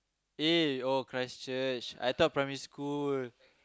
aye oh Christchurch I thought primary school